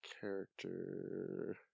character